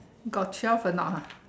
got twelve or not [huh]